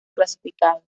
clasificado